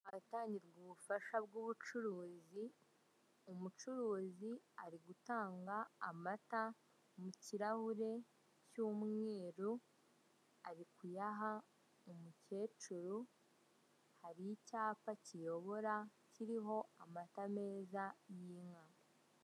Ahatangirwa ubufasha bw'ubucuruzi, umucuruzi ari gutanga amata mu kirahure cy'umweru, ari kuyaha umukecuru, hari icyapa kiyobora kiriho amata meza y'inka.